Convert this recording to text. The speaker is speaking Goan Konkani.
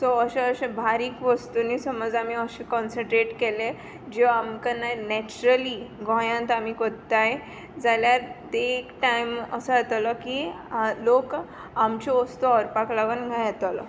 सो ओशें ओशें बारीक वस्तूंनी सोमोज आमी ओशें कॉनस्नट्रेट केलें ज्यो आमकां केनाय नेचरली गोंयांत आमी कोत्ताय जाल्यार ते एक टायम असो येतोलो की लोक आमच्यो वोस्तू व्होरपाक लागोन हिंगां येतोलो